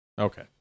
Okay